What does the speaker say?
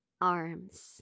arms